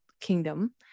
kingdom